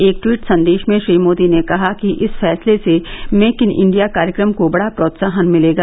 एक ट्वीट संदेश में श्री मोदी ने कहा कि इस फैसले से मेक इन इंडिया कार्यक्रम को बड़ा प्रोत्साहन मिलेगा